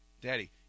Daddy